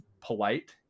polite